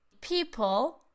People